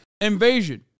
invasion